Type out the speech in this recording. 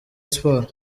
sport